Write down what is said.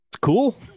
cool